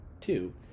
Two